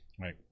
right